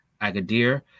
Agadir